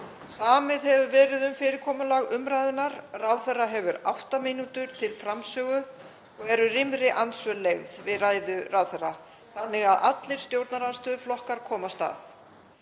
Samið hefur verið um fyrirkomulag umræðunnar. Ráðherra hefur átta mínútur til framsögu og eru rýmri andsvör leyfð við ræðu ráðherra þannig að allir stjórnarandstöðuflokkar komist stað.